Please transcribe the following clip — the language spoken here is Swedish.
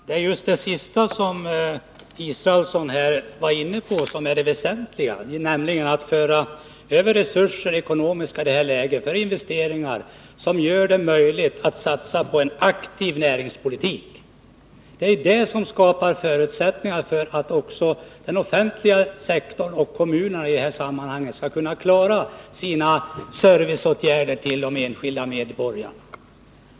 Herr talman! Det är det sista som herr Israelsson var inne på som också är det väsentligaste, nämligen möjligheterna att i detta läge föra över ekonomiska resurser för investeringar vilka gör det möjligt att satsa på en aktiv näringspolitik. Härigenom skapas förutsättningar för att kommunerna och den offentliga sektorn i övrigt skall kunna klara sina serviceåtaganden gentemot de enskilda medborgarna.